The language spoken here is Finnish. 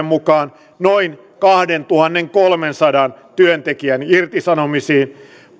mukaan noin kahdentuhannenkolmensadan työntekijän irtisanomisiin